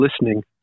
listening